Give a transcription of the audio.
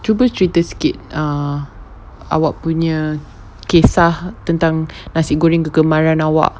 cuba cerita sikit err awak punya kisah tentang nasi goreng kegemaran awak